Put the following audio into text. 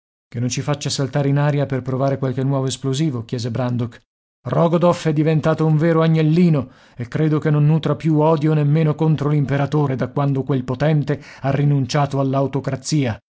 che non ci faccia saltare in aria per provare qualche nuovo esplosivo chiese brandok rogodoff è diventato un vero agnellino e credo che non nutra più odio nemmeno contro l'imperatore da quando quel potente ha rinunciato all'autocrazia